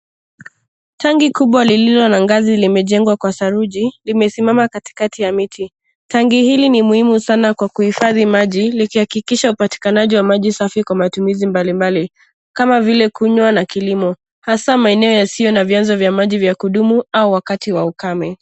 Tangi kubwa lililo na ngazi limejengwa kwa sharuji, limesimama katikati ya miti. Tangi hili ni muhimu sana kwa kuhifadhi maji likihakikisha upatikanaji wa maji safi kwa matumizi mbalimbali kama vile kunywa na kilimo hasaa maeneo yasio na vianzo vya maji ya kudumu au wakati wa ukame.